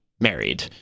married